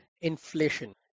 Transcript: inflation